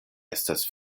estas